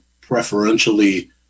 preferentially